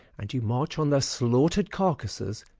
and you march on their slaughter'd carcasses,